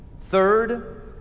Third